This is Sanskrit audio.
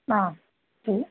हा अस्तु